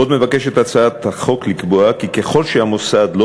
עוד מבקשת הצעת החוק לקבוע כי ככל שהמוסד לא